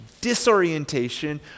disorientation